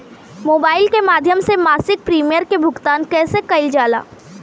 Mobile के माध्यम से मासिक प्रीमियम के भुगतान कैसे कइल जाला?